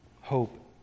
Hope